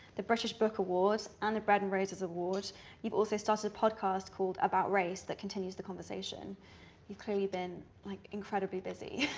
the british book award and the bread and roses award you've also started a podcast called about race that continues the conversation you've clearly been like incredibly busy.